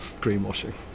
greenwashing